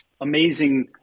amazing